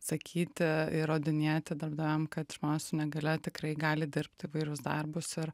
sakyti įrodinėti darbdaviam kad žmonės su negalia tikrai gali dirbt įvairius darbus ir